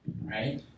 right